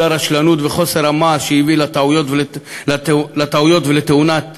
הרשלנות וחוסר המעש שהביאו לטעויות ולתאונה בדימונה,